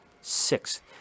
Six